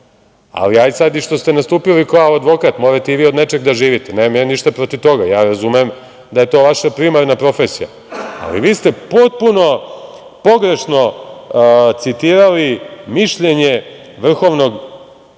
ali hajde što ste nastupili kao advokat, morate i vi od nečega da živite, nemam ja ništa protiv toga, ja razumem da je to vaša primarna profesija, ali vi ste potpuno pogrešno citirali mišljenje Vrhovnog